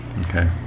Okay